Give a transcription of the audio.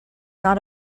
not